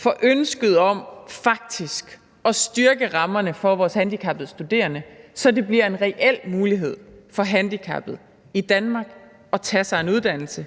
for ønsket om faktisk at styrke rammerne for vores handicappede studerende, så det bliver en reel mulighed for handicappede i Danmark at tage sig en uddannelse.